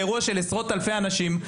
באירוע של עשרות אלפי אנשים,